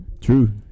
True